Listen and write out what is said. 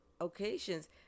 occasions